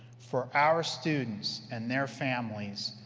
for our students and their families,